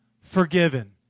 forgiven